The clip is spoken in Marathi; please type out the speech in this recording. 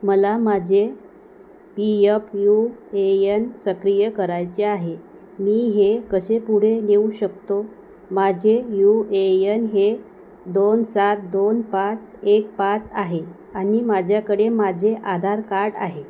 मला माझे P F U A N सक्रिय करायचे आहे मी हे कसे पुढे नेऊ शकतो माझे यू ए यन हे दोन सात दोन पाच एक पाच आहे आणि माझ्याकडे माझे आधार कार्ड आहे